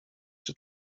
czy